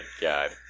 God